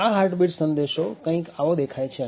આ હાર્ટબીટ સંદેશ કૈંક આવો દેખાય છે